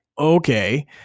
Okay